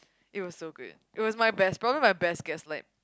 it was so good it was my best probably my gaslight